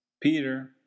Peter